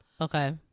okay